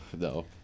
No